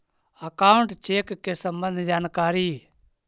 Account check के सम्बन्ध जानकारी?